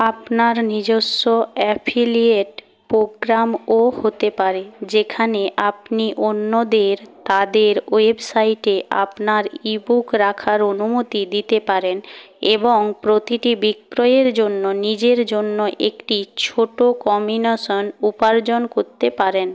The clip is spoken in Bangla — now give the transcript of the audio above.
আপনার নিজস্ব অ্যাফিলিয়েট প্রোগ্রামও হতে পারে যেখানে আপনি অন্যদের তাদের ওয়েবসাইটে আপনার ই বুক রাখার অনুমতি দিতে পারেন এবং প্রতিটি বিক্রয়ের জন্য নিজের জন্য একটি ছোট কমিশন উপার্জন করতে পারেন